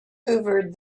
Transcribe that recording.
hoovered